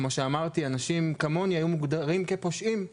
כמו שאמרתי, אנשים כמוני היו מוגדרים כפושעים.